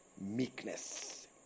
meekness